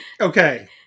Okay